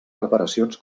preparacions